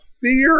fear